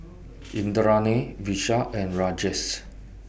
Indranee Vishal and Rajesh